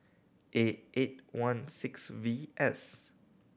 A eight one six V S